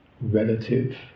relative